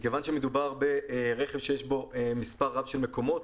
מכיוון שמדובר ברכב שיש בו מספר רב של מקומות,